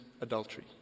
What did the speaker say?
adultery